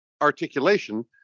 articulation